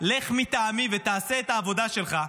לך מטעמי ותעשה את העבודה שלך,